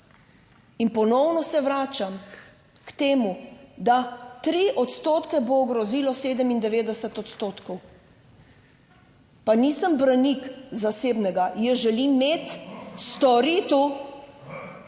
In ponovno se vračam k temu, da 3 odstotke bo ogrozilo 97 odstotkov. Pa nisem branik zasebnega, jaz želim imeti storitev